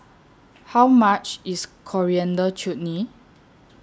How much IS Coriander Chutney